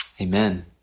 Amen